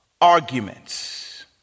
arguments